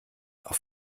auf